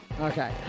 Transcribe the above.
Okay